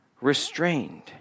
restrained